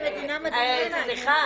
סליחה,